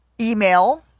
email